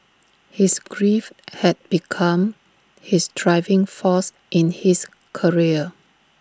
his grief had become his driving force in his career